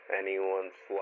anyone's